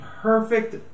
perfect